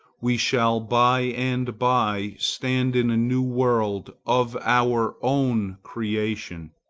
we shall by and by stand in a new world of our own creation,